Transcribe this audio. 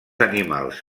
animals